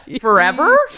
forever